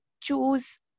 choose